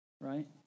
right